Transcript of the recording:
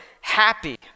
happy